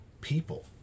people